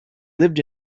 lived